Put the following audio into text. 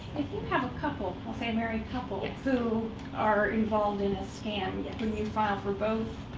if you have a couple we'll say a married couple who are involved in a scam, couldn't you file for both,